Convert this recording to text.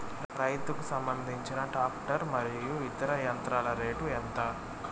రైతుకు సంబంధించిన టాక్టర్ మరియు ఇతర యంత్రాల రేటు ఎంత?